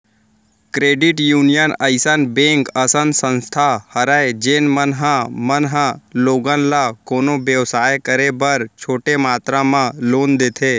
credit union अइसन bank असन संस्था हरय जेन मन ह मन ह लोगन ल कोनो बेवसाय करे बर छोटे मातरा म लोन देथे